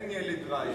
אין ילד רע,